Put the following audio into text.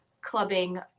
clubbing